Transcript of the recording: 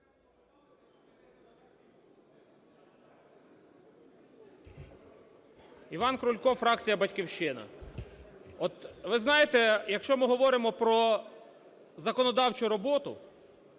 Іван Крулько, фракція "Батьківщина". От, ви знаєте, якщо ми говоримо про законодавчу роботу,